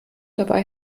dabei